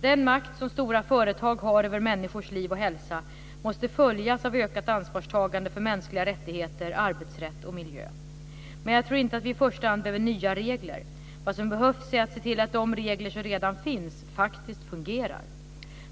Den makt som stora företag har över människors liv och hälsa måste följas av ökat ansvarstagande för mänskliga rättigheter, arbetsrätt och miljö. Men jag tror inte att vi i första hand behöver nya regler. Vad som behövs är att se till att de regler som redan finns faktiskt fungerar.